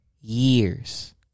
years